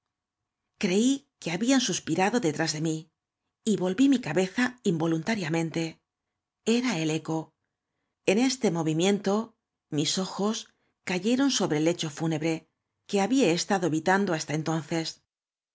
creí que habían suspirado detrás de mí y volví mi cabeza involuntariamente era el eco en este moví miento mis ojos cayeron sobre el lecho fúnebre que habían evitado hasta entonti